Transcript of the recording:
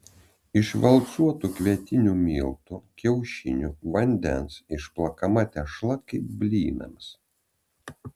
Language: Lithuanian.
iš valcuotų kvietinių miltų kiaušinių vandens išplakama tešla kaip blynams